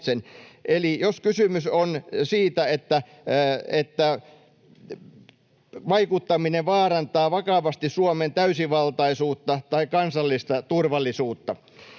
jos kysymys on siitä, että vaikuttaminen vaarantaa vakavasti Suomen täysivaltaisuutta tai kansallista turvallisuutta.